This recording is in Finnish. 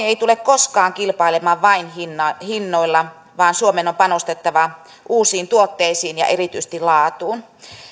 ei tule koskaan kilpailemaan vain hinnoilla vaan suomen on panostettava uusiin tuotteisiin ja erityisesti laatuun